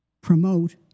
promote